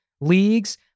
leagues